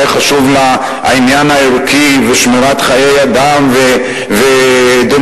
חשוב לה העניין הערכי ושמירת חיי אדם ודמוקרטיה,